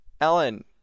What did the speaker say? Ellen